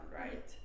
right